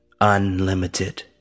unlimited